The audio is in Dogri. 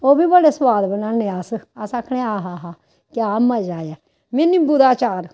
ओह् बी बड़े सोआद बनान्ने आं अस अस आखने आ हा हा क्या मजा ऐ मी निंम्बू दा अचार